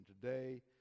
today